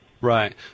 Right